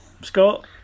Scott